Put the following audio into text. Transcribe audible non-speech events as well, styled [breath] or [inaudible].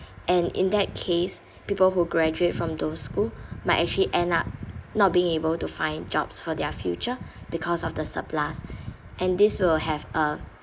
and in that case people who graduate from those school might actually end up not being able to find jobs for their future because of the surplus [breath] and this will have a